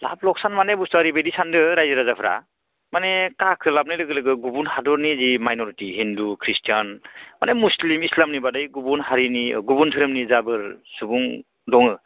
लाब लकसन माने बुस्थुआ ओरैबायदि सान्दो रायजो राजाफोरा माने काखो लाबनाय लोगो लोगो गुबुन हादरनि जि माइन'रिटि हिन्दु ख्रिस्टान माने मुसलिम इसलामनि बादै गुबुन हारिनि गुबुन धोरोमनि जाबोर सुबुं दङ